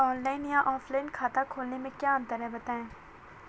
Online या offline खाता खोलने में क्या अंतर है बताएँ?